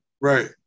Right